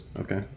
okay